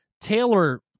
Taylor